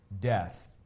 death